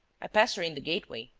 i passed her in the gateway.